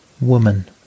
Woman